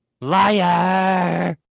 liar